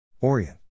Orient